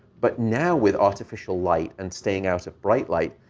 but now, with artificial light and staying out of bright light,